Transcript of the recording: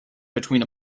between